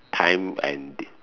time and the